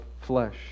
flesh